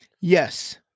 Yes